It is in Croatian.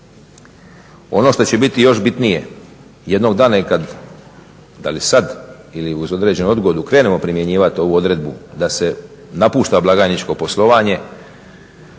ono što će biti još bitnije jednog dana i kad, da li sad ili uz određenu odgodu krenemo primjenjivat ovu odredbu da se napušta blagajničko poslovanje.